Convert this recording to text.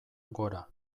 gora